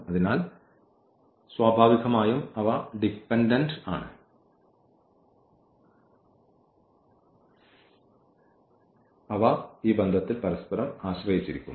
അതിനാൽ സ്വാഭാവികമായും അവ ഡിപെൻഡന്റ് ആണ് അവ ഇൻഡിപെൻഡന്റ് അവ ഈ ബന്ധത്തിൽ പരസ്പരം ആശ്രയിച്ചിരിക്കുന്നു